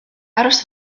aros